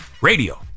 radio